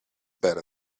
better